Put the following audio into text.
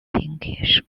pinkish